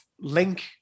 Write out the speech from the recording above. link